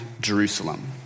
Jerusalem